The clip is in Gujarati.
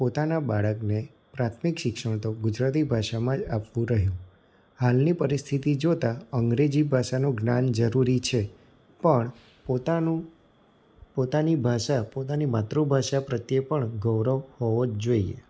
પોતાનાં બાળકને પ્રાથમિક શિક્ષણ તો ગુજરાતી ભાષામાં જ આપવું રહ્યું હાલની પરિસ્થિતિથી જોતાં અંગ્રેજી ભાષાનું જ્ઞાન જરૂરી છે પણ પોતાનું પોતાની ભાષા પોતાની માતૃભાષા પ્રત્યે પણ ગૌરવ હોવો જ જોઈએ